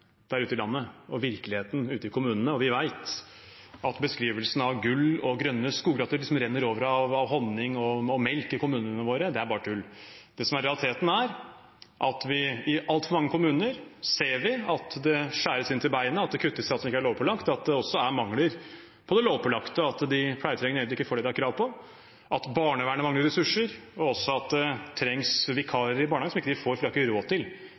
der ute i landet og virkeligheten ute i kommunene, og vi vet at beskrivelsen av gull og grønne skoger, at det liksom renner over av honning og melk i kommunene våre, er bare tull. Det som er realiteten, er at vi i altfor mange kommuner ser at det skjæres inn til beinet, at det kuttes i alt som ikke er lovpålagt, og at det også er mangler når det gjelder det lovpålagte, at de pleietrengende og eldre ikke får det de har krav på, at barnevernet mangler ressurser, og også at det trengs vikarer i barnehager, noe de ikke får, for de har ikke råd til